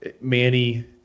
Manny